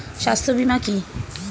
স্বাস্থ্য বীমা কি?